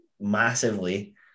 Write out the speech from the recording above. massively